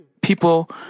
People